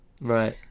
Right